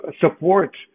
support